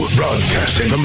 broadcasting